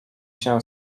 się